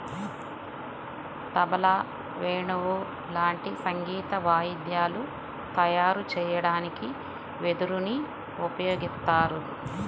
తబలా, వేణువు లాంటి సంగీత వాయిద్యాలు తయారు చెయ్యడానికి వెదురుని ఉపయోగిత్తారు